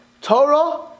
Torah